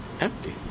empty